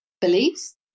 Beliefs